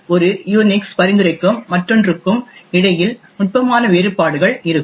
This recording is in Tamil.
எனவே ஒரு யூனிக்ஸ் பரிந்துரைக்கும் மற்றொன்றுக்கும் இடையில் நுட்பமான வேறுபாடுகள் இருக்கும்